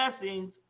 blessings